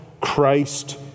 Christ